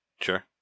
sure